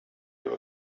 you